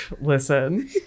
Listen